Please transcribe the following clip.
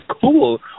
cool